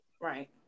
Right